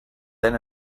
then